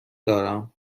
دارم